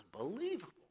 unbelievable